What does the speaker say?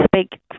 speak